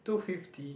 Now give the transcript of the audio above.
two fifty